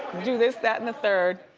do this that and the third.